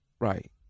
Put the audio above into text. Right